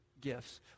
gifts